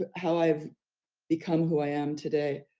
ah how i've become who i am today,